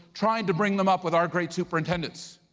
trying to bring them up with our great superintendents.